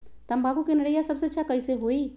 तम्बाकू के निरैया सबसे अच्छा कई से होई?